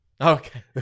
okay